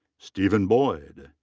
stephen boyd.